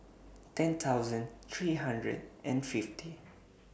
ten thousand three hundred and fifty